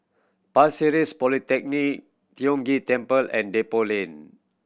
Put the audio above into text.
Pasir Ris Polyclinic Tiong Ghee Temple and Depot Lane